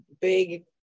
big